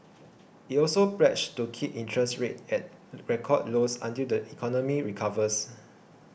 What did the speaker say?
it also pledged to keep interest rates at record lows until the economy recovers